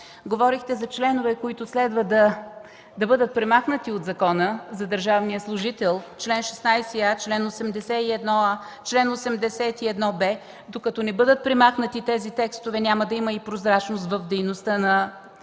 Говорехте за членове, които следва да бъдат премахнати от Закона за държавния служител – чл. 16а, чл. 81а, чл. 81б. Докато не бъдат премахнати тези текстове, няма да има и прозрачност в дейността по подбора. Те